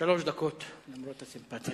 שלוש דקות, למרות הסימפתיה.